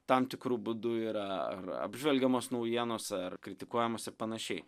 tam tikru būdu yra ar apžvelgiamos naujienos ar kritikuojamos ir panašiai